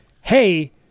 hey